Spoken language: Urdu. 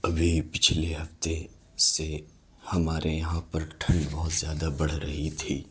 ابھی پچھلے ہفتے سے ہمارے یہاں پر ٹھنڈ بہت زیادہ بڑھ رہی تھی